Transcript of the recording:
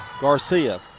Garcia